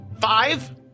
five